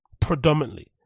Predominantly